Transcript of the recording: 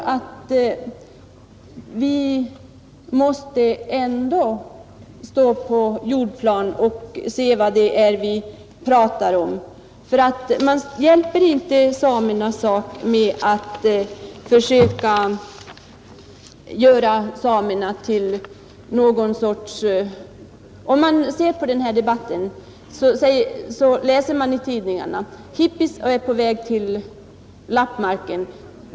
Vi måste ändå stå på jordplanet och se vad det är vi pratar om, annars hjälper vi inte samernas sak. Och hur har debatten sett ut? Man läser i tidningarna: Hippies är på väg till lappmarken.